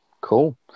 Cool